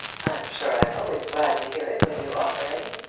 i'm sure i'm always glad to hear it when you offer any.